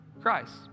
Christ